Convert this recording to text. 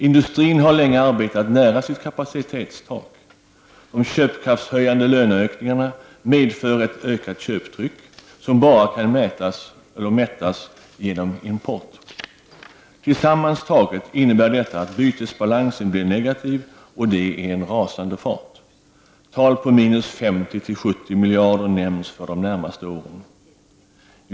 Industrin har länge arbetat nära sitt kapacitetstak. De köpkraftshöjande löneökningarna medför ett ökat köptryck, som bara kan mättas genom import. Sammantaget innebär detta att bytesbalansen blir negativ, och det i rasande fart. Tal på minus 50-70 miljarder nämns för de närmaste åren.